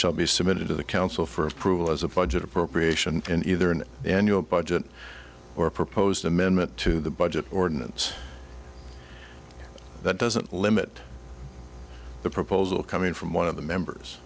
be submitted to the council for approval as a budget appropriation in either an annual budget or a proposed amendment to the budget ordinance that doesn't limit the proposal coming from one of the members